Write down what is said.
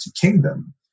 Kingdom